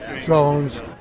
zones